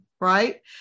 Right